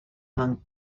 inanga